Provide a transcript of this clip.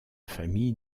famille